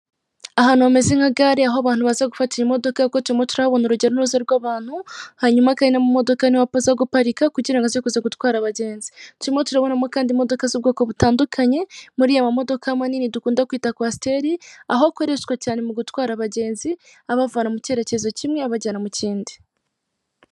Ahantu hameze nka gare aho abantu baza gufatira imodoka kuko turahabona urujya n'uruza rw'abantu, hanyuma Kandi n'amamodoka niho azaguparika kugirango azekua gutwara abagenzi. Turimo turabonamokana imodoka z'ubwoko butandukanye muri ya modoka manini dukunda kwita kwasiteri aho akoreshwa cyane mu gutwara abagenzi abavana mu cyerekezo kimwe abajyana mu kindi.